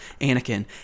Anakin